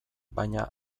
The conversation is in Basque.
baina